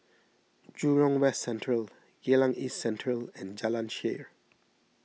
Jurong West Central Geylang East Central and Jalan Shaer